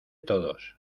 todos